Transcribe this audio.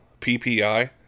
PPI